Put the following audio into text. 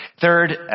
Third